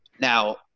Now